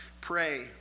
pray